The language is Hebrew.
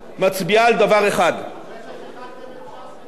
מצביעה על דבר אחד: אחרי ששיחדתם את ש"ס ואחרים.